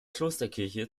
klosterkirche